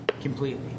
completely